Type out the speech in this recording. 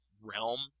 realm